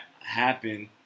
happen